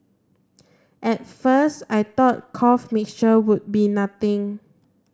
at first I thought cough mixture would be nothing